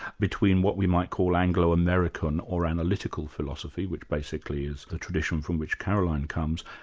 between what we might call anglo-american or analytical philosophy, which basically is the tradition from which caroline comes,